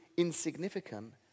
insignificant